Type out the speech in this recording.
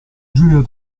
giulio